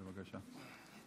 בבקשה.